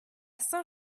saint